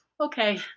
okay